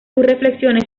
reflexiones